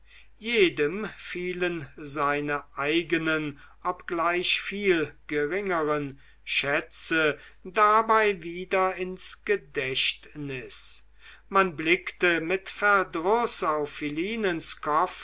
jedem fielen seine eigenen obgleich viel geringeren schätze dabei wieder ins gedächtnis man blickte mit verdruß auf